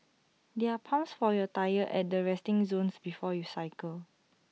there are pumps for your tyres at the resting zones before you cycle